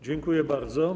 Dziękuję bardzo.